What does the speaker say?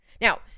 Now